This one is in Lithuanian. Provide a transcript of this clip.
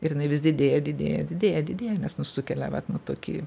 ir jinai vis didėja didėja didėja didėja nes nu sukelia vat tokį